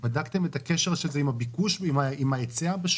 האם בדקתם את הקשר של זה עם הביקוש וההיצע בשוק?